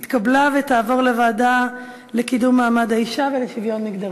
התקבלה ותעבור לוועדה לקידום מעמד האישה ולשוויון מגדרי.